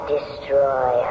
destroy